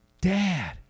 Dad